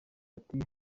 ati